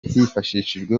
hifashishijwe